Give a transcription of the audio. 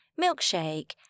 Milkshake